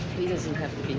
he doesn't have to